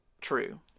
true